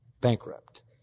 bankrupt